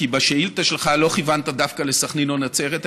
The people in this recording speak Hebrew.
כי בשאילתה שלך לא כיוונת דווקא לסח'נין או לנצרת,